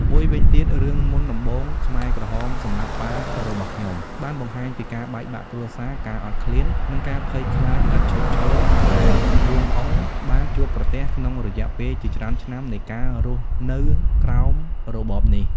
មួយវិញទៀតរឿង មុនដំបូងខ្មែរក្រហមសម្លាប់ប៉ារបស់ខ្ញុំ បានបង្ហាញពីការបែកបាក់គ្រួសារ ការអត់ឃ្លាន និងការភ័យខ្លាចឥតឈប់ឈរដែល លួង អ៊ុង បានជួបប្រទះក្នុងរយៈពេលជាច្រើនឆ្នាំនៃការរស់នៅក្រោមរបបនេះ។